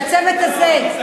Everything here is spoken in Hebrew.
והצוות הזה, לא,